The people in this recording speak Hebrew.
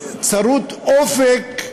צרות אופק,